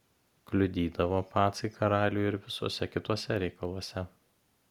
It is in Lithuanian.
kliudydavo pacai karaliui ir visuose kituose reikaluose